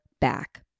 back